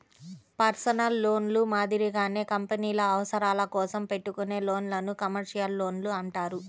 personal లోన్లు మాదిరిగానే కంపెనీల అవసరాల కోసం పెట్టుకునే లోన్లను కమర్షియల్ లోన్లు అంటారు